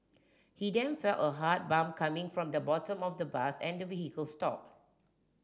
he then felt a hard bump coming from the bottom of the bus and the vehicle stop